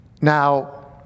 Now